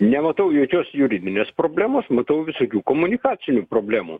nematau jokios juridinės problemos matau visokių komunikacinių problemų